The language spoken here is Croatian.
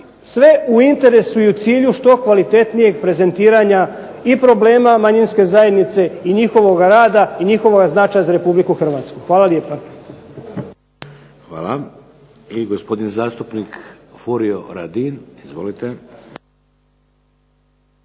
sve u interesu i u cilju što kvalitetnijeg prezentiranja i problema manjinske zajednice i njihovoga rada i njihovoga značaja za Republiku Hrvatsku. Hvala lijepa. **Šeks, Vladimir (HDZ)** Hvala. I gospodin zastupnik Furio Radin. Izvolite.